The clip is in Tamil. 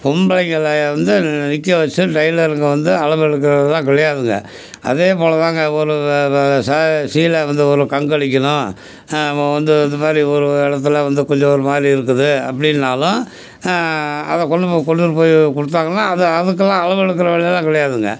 பொம்பளைங்களை வந்து நி நிற்க வெச்சு டெய்லருங்க வந்து அளவு எடுக்கிறதுலாம் கிடையாதுங்க அதே போல் தான்ங்க ஒரு வ வர சேலை சீல வந்து ஒரு கங்கடிக்கணும் நம்ம வந்து இது மாதிரி ஒரு இடத்துல வந்து கொஞ்சம் ஒரு மாதிரி இருக்குது அப்படின்னாலும் அதை கொண்டு போய் கொண்டுட்டு போய் கொடுத்தாங்கன்னா அது அதுக்கெல்லாம் அளவு எடுக்கிற வேலை எல்லாம் கிடையாதுங்க